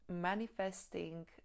manifesting